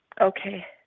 Okay